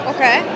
Okay